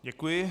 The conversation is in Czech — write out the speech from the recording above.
Děkuji.